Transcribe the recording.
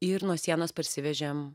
ir nuo sienos parsivežėm